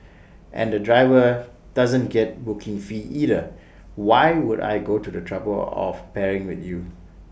and the driver doesn't get booking fee either why would I go to the trouble of pairing with you